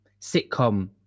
sitcom